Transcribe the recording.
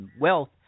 wealth